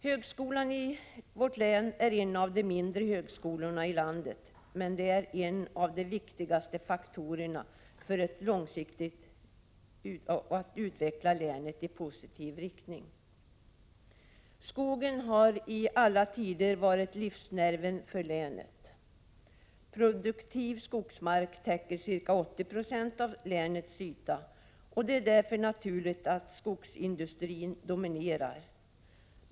Högskolan i vårt län är en av de mindre högskolorna i landet, men den är en av de viktigaste faktorerna för att långsiktigt utveckla länet i positiv riktning. Skogen har i alla tider varit livsnerven för länet. Produktiv skogsmark täcker ca 80 20 av länets yta. Det är därför naturligt att skogsindustrin dominerar.